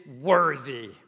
worthy